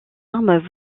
armes